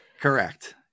Correct